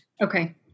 Okay